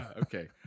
Okay